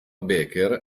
baker